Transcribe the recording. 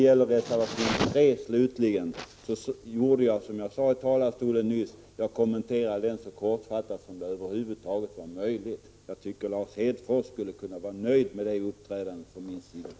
När det slutligen gäller reservation 3 kommenterade jag den så kortfattat som över huvud taget var möjligt, som jag nyss sade i talarstolen. Lars Hedfors borde vara nöjd med det uppträdandet från min sida.